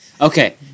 Okay